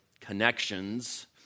connections